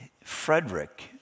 Frederick